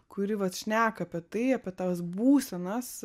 kuri vat šneka apie tai apie tas būsenas